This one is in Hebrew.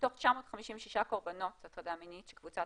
מתוך 956 קורבנות הטרדה מינית שקבוצת